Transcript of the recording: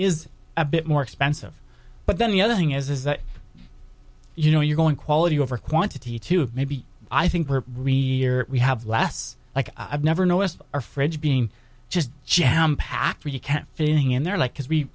is a bit more expensive but then the other thing is is that you know you're going quality over quantity to maybe i think reader we have less like i've never noticed our fridge being just jam packed or you can't fitting in there like because we